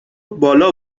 بالا